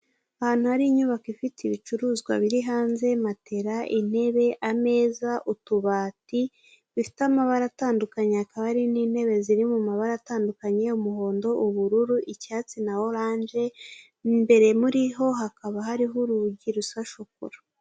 Ahantu hari inyubako ifite ibicuruzwa biri hanze, matela, intebe, ameza, utubati bifite amabara atandukanye hakaba hari n'intebe ziri mu mabara atandukanye umuhondo, ubururu, icyatsi na oranje imbere muri ho hakaba hariho urugi rusa shokora.